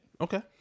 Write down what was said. Okay